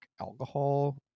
alcohol